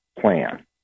plan